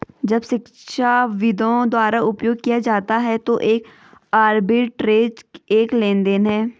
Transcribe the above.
जब शिक्षाविदों द्वारा उपयोग किया जाता है तो एक आर्बिट्रेज एक लेनदेन है